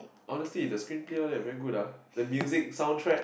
honestly the screen peer that's very good ah the music soundtrack